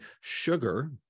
sugar